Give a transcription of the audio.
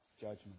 judgment